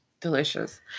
Delicious